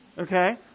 okay